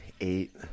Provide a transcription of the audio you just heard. eight